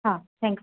હા થેન્ક્સ